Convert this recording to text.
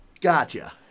Gotcha